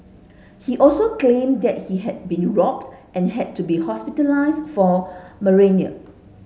he also claimed that he had been robbed and had to be hospitalised for malaria